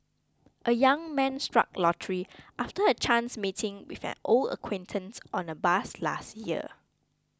a young man struck lottery after a chance meeting with an old acquaintance on a bus last year